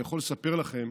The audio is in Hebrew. אני יכול לספר לכם